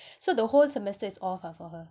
so the whole semester is off ah for her